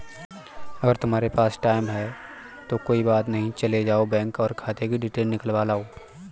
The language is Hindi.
अगर तुम्हारे पास टाइम है तो कोई बात नहीं चले जाओ बैंक और खाते कि डिटेल निकलवा लो